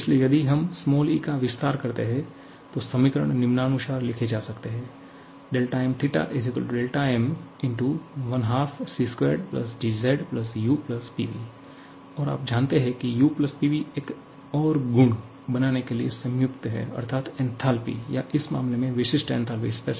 इसलिए यदि हम e का विस्तार करते हैं तो समीकरण निम्नानुसार लिखे जा सकते हैं 𝛿𝑚𝜃 𝛿𝑚 12𝑐2𝑔𝑧𝑢𝑃𝑣 और आप जानते हैं की u Pv एक और गुण बनाने के लिए संयुक्त है अर्थात् एन्थालपी या इस मामले में विशिष्ट एन्थालपी huPv